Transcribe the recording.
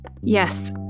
Yes